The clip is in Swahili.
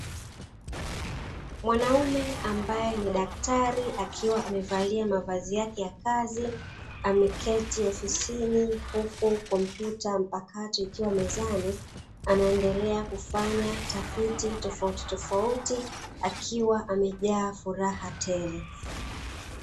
Mwanaume ambaye ni daktari akiwa amevalia mavazi yake ya kazi. Ameketi ofisini huku komputa mpakato ikiwa mezani, anaendelea kufanya tafiti tofautitofauti, akiwa amejaa furaha tele.